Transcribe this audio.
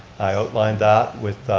i outlined that with